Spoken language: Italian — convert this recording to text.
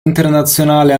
internazionale